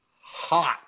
hot